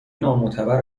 نامعتبر